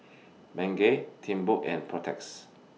Bengay Timbuk and Protex